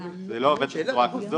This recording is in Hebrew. זה לא עובד בצורה כזאת,